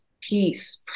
peace